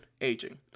aging